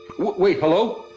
wait, hello?